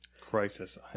Crisis